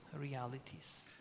realities